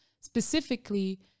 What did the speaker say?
specifically